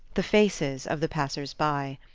the faces of the passers-by.